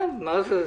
כן, מה זה?